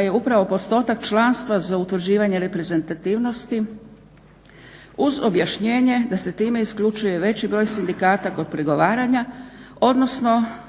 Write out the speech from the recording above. je upravo postotak članstva za utvrđivanje reprezentativnosti uz objašnjenje da se time isključuje veći broj sindikata kod pregovaranja, odnosno